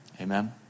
Amen